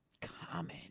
Common